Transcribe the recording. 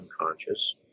unconscious